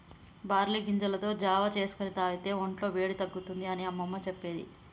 barley గింజలతో జావా చేసుకొని తాగితే వొంట్ల వేడి తగ్గుతుంది అని అమ్మమ్మ చెప్పేది